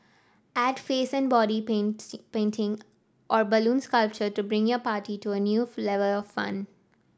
add face and body painting or balloon sculpture to bring your party to a new of fun